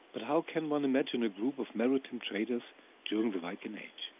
but how can one imagine a group of maritime traders during the viking age?